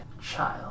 child